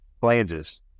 flanges